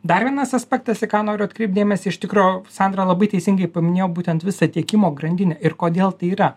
dar vienas aspektas į ką noriu atkreipt dėmesį iš tikro sandra labai teisingai paminėjo būtent visą tiekimo grandinę ir kodėl tai yra